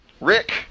Rick